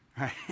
Right